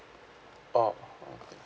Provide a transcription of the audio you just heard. oh okay